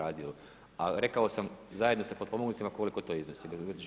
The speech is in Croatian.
Ali rekao sam zajedno sa potpomognutima koliko to iznosi.